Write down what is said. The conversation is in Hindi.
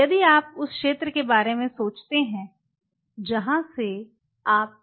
यदि आप उस क्षेत्र के बारे में सोचते हैं जहां से आप प्रवेश करेंगे